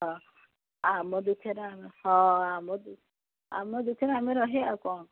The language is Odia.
ହଁ ଆମ ଦୁଃଖରେ ଆମେ ହଁ ଆମ ଆମ ଦୁଃଖରେ ଆମେ ରହିବା ଆଉ କ'ଣ